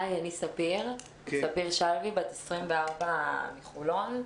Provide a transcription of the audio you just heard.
אני ספיר, בת 24 מחולון.